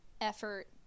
effort